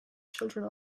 children